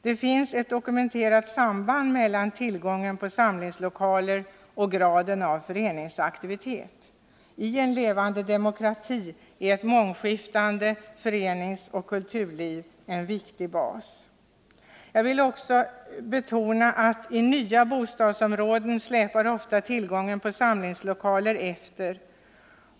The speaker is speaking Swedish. Det finns ett dokumenterat samband mellan tillgången på samlingslokaler och graden av föreningsaktivitet. I en levande demokrati är ett mångskiftande föreningsoch kulturliv en viktig bas. Jag vill också betona att i nya bostadsområden släpar ofta tillgången på samlingslokaler efter.